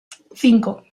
cinco